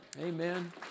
Amen